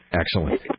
Excellent